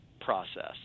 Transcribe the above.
process